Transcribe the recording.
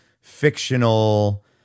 fictional